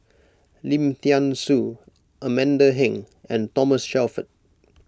Lim thean Soo Amanda Heng and Thomas Shelford